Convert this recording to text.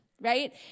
right